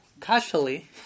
casually